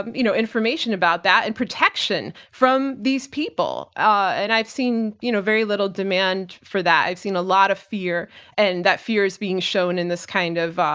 and you know, information about that and protection from these people. and i've seen, you know, very little demand for that. i've seen a lot of fear and that fear is being shown in this kind of,